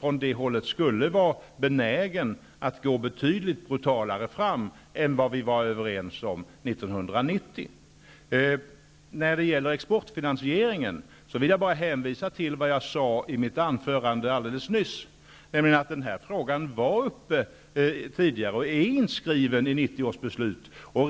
från det hållet om att man är benägen att gå betydligt brutalare fram än vad vi var överens om 1990. När det gäller exportfinansieringen vill jag bara hänvisa till det som jag alldeles nyss sade i mitt anförande. Den här frågan har tidigare varit uppe, och den är inskriven i 1990 års beslut.